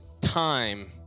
time